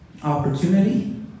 Opportunity